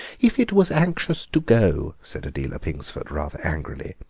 if it was anxious to go, said adela pingsford rather angrily,